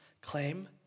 claim